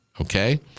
Okay